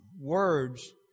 words